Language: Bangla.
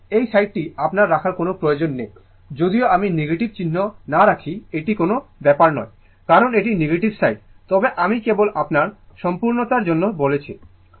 সুতরাং এই সাইডটি আপনার রাখার কোনও প্রয়োজন নেই যদিও আমি নেগেটিভ চিহ্ন না রাখি এটি কোনও ব্যাপার নয় কারণ এটি নেগেটিভ সাইড তবে আমি কেবল আপনার সম্পূর্ণতার জন্য বলছি